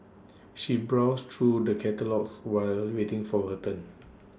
she browsed through the catalogues while waiting for her turn